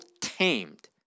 tamed